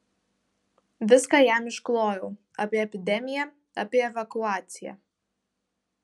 viską jam išklojau apie epidemiją apie evakuaciją